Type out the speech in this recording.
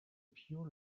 pure